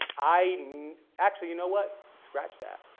i mean actually you know what, scratch that.